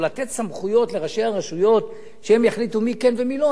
או לתת סמכויות לראשי הרשויות שהם יחליטו מי כן ומי לא,